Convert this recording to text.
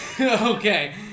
Okay